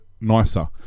nicer